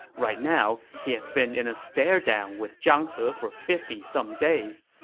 right now, he has been in a staredown with zhang he for fifty some days.